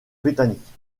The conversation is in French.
britannique